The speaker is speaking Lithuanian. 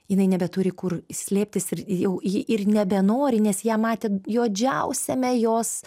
jinai nebeturi kur slėptis ir jau ji ir nebenori nes ją matė juodžiausiame jos